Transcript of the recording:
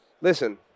listen